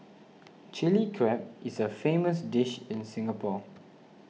Chilli Crab is a famous dish in Singapore